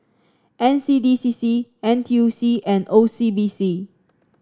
N C D C C N T U C and O C B C